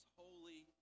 holy